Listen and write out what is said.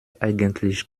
eigentlich